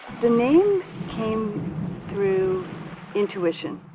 the name came through intuition.